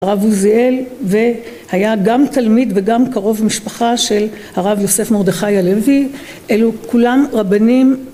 הרב עוזיאל והיה גם תלמיד וגם קרוב משפחה של הרב יוסף מרדכי הלוי אלו כולם רבנים